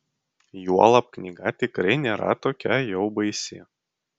juolab knyga tikrai nėra tokia jau baisi